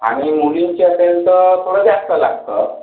आनि मुलींच्याकरिता थोडा जास्त लागतं